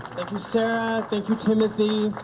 thank you sarah, thank you timothy,